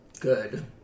Good